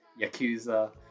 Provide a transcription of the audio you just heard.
Yakuza